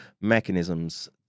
mechanisms